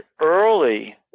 early